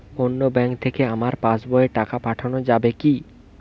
অন্য ব্যাঙ্ক থেকে আমার পাশবইয়ে টাকা পাঠানো যাবে কি?